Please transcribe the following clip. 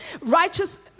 Righteous